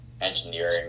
engineering